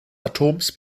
atoms